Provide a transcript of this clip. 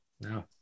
no